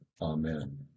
Amen